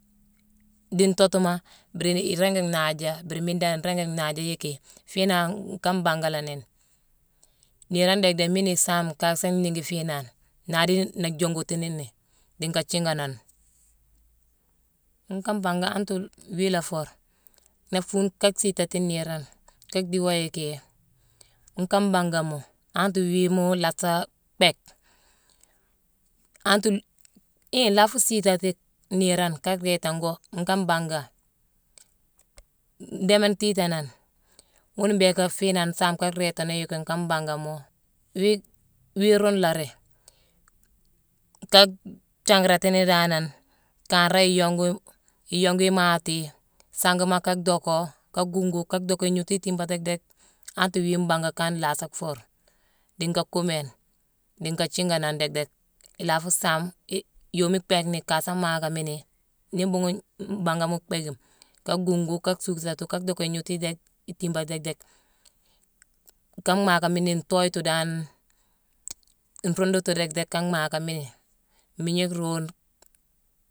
Dii ntoogtuma mbiri iringi naaja, biri miine dan nringi naaja yicki ffinangh nka mbanga la ni. Niirone déck- déck, miina isaame kaasa niigi fiinane, ndari nlaa jongutini ni dii nka jiiganane. Nka mbanga antere wii la fur, nlaa fuune ka siitati niirone ka dhiiwo yicki nka mbangama antere wiimo laasa bhéck, antere-hiin nlaa fuu siitati niirane ka réétan go nkaa mbanga ndéémane tiitaanane, ghuna mbhééka fiinane nsaame ka rééta noo yicki nka mbangamo-wii-wii ruune laari. Kaa thianratini danane, kanré nyongu- iyongu imaati yune sangima ka dhocko, ka guungu, ka dhocka ignooju itiibade déck- déck antere wii mbanga kane nlaasa fur dii nka kuuméne, dii ka thiiganane déck- déck, ila fuu saame; i-yooma ibhéckni kaasa maaka miini ni mbhuughune mbangama mbhéékime ka guungu, ka suusétu, ka dhocka ignootu déck itiibane déck- déck. Ka mhaakamini ntoyitu dan, nruudutu déck- déck ka mhaakamini, mmiigne ruune